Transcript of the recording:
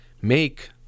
make